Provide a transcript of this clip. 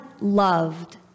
loved